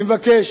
אני מבקש,